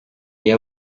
iyo